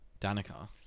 Danica